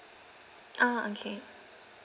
ah okay